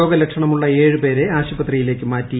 രോഗലക്ഷണമുള്ള പേരെ ഏഴ് ആശുപത്രിയിലേക്ക് മാറ്റി